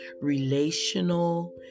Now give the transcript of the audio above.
relational